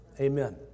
Amen